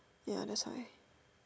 ya that's why